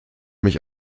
mich